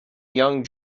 young